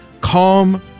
calm